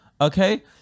Okay